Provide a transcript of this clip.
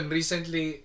recently